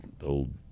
old